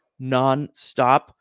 nonstop